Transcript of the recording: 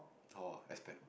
hall ah I spend